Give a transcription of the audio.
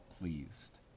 pleased